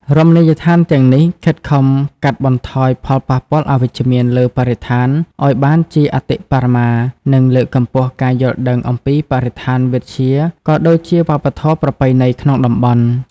រមណីយដ្ឋានទាំងនេះខិតខំកាត់បន្ថយផលប៉ះពាល់អវិជ្ជមានលើបរិស្ថានឱ្យបានជាអតិបរមា និងលើកកម្ពស់ការយល់ដឹងអំពីបរិស្ថានវិទ្យា ក៏ដូចជាវប្បធម៌ប្រពៃណីក្នុងតំបន់។